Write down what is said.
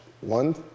one